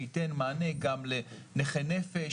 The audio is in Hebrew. זה ייתן מענה גם לנכי נפש,